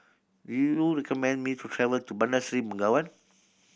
do you recommend me to travel to Bandar Seri Begawan